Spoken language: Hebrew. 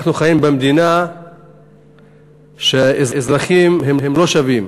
אנחנו חיים במדינה שהאזרחים לא שווים,